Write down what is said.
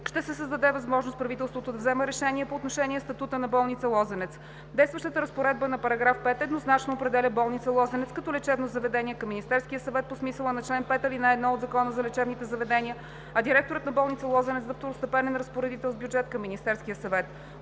ще се създаде възможност правителството да взема решения по отношение статута на болница „Лозенец“. Действащата разпоредба на § 5 еднозначно определя болница „Лозенец“ като лечебно заведение към Министерския съвет по смисъла на чл. 5, ал. 1 от ЗЛЗ, а директорът на болница „Лозенец“ за второстепенен разпоредител с бюджет към Министерския съвет.